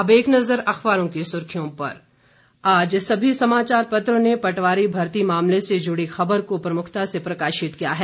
अब एक नजर अखबारों की सुर्खियों पर आज सभी समाचार पत्रों ने पटवारी भर्ती मामले से जुड़ी खबर को प्रमुखता से प्रकाशित किया है